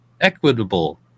Equitable